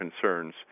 concerns